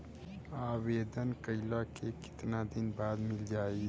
आवेदन कइला के कितना दिन बाद मिल जाई?